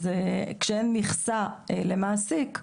אז כשאין מכסה למעסיק,